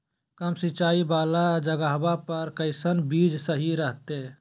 कम सिंचाई वाला जगहवा पर कैसन बीज सही रहते?